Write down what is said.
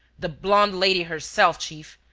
the blonde lady herself, chief,